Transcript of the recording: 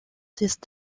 these